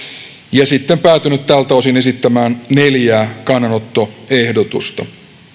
ja sitten päätynyt tältä osin esittämään neljää kannanottoehdotusta